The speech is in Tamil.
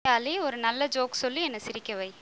ஹேய் ஆலி ஒரு நல்ல ஜோக் சொல்லி என்ன சிரிக்க வை